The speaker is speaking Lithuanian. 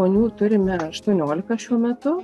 ponių turime aštuoniolika šiuo metu